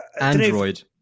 Android